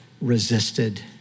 resisted